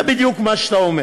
זה בדיוק מה שאתה אומר,